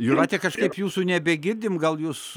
jūrate kažkaip jūsų nebegirdim gal jūs